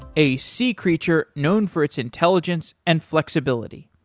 a sea creature known for its intelligence and flexibility.